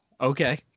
Okay